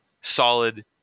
solid